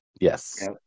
Yes